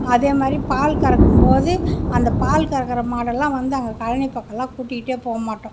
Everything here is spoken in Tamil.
அதே மாதிரி பால் கறக்கும் போது அந்த பால் கறக்கிற மாடுல்லாம் வந்து அங்கே கழனி பக்கல்லாம் கூட்டிகிட்டே போக மாட்டோம்